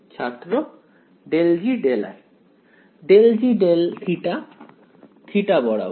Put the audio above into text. ছাত্র ∂G∂r ∂G∂θ বরাবর